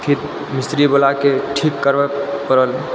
फेर मिस्त्री बोलाके ठीक करबैलए पड़ल